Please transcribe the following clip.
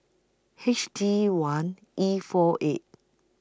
H D one E four eight